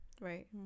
Right